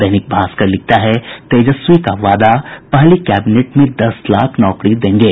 दैनिक भास्कर लिखता है तेजस्वी का वादा पहली कैबिनेट में दस लाख नौकरी देंगे